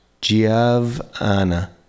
Giovanna